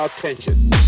Attention